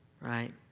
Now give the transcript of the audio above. right